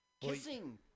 Kissing